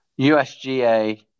USGA